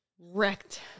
Wrecked